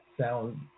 sound